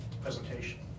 presentation